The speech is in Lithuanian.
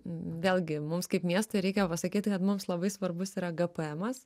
vėlgi mums kaip miestui reikia pasakyt kad mums labai svarbus yra gpm